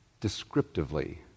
descriptively